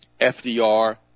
FDR